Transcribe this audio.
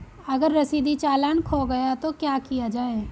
अगर रसीदी चालान खो गया तो क्या किया जाए?